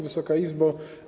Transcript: Wysoka Izbo!